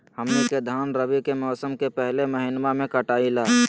हमनी के धान रवि के मौसम के पहले महिनवा में कटाई ला